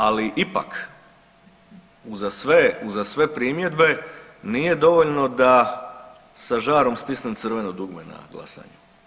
Ali ipak uza sve, uza sve primjedbe nije dovoljno da sa žarom stisnem crveno dugme na glasanju.